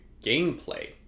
gameplay